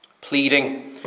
Pleading